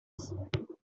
spp